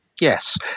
Yes